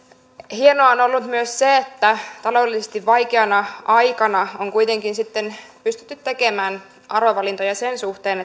hienoa on on ollut myös se että taloudellisesti vaikeana aikana on kuitenkin pystytty tekemään arvovalintoja sen suhteen